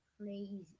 crazy